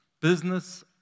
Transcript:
business